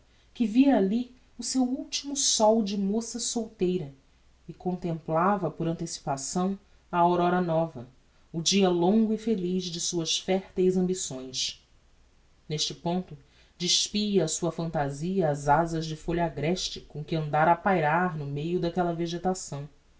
que via alli o seu ultimo sol de moça solteira e contemplava por antecipação a aurora nova o dia longo e feliz de suas férvidas ambições neste ponto despia a sua fantazia as azas de folha agreste com que andara a pairar no meio daquella vegetação